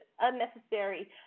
unnecessary